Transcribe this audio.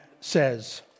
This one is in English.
says